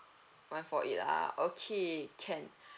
one four eight ah okay can